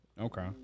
Okay